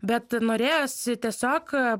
bet norėjosi tiesiog